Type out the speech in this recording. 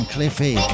Cliffy